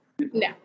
No